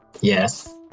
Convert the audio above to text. Yes